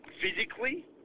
Physically